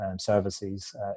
services